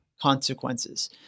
consequences